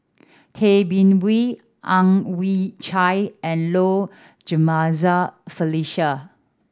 Tay Bin Wee Ang Chwee Chai and Low Jimenez Felicia